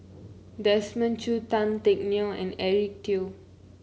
Desmond Choo Tan Teck Neo and Eric Teo